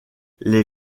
les